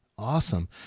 Awesome